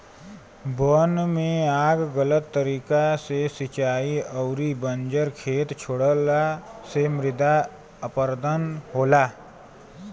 वन में आग गलत तरीका से सिंचाई अउरी बंजर खेत छोड़ला से मृदा अपरदन होला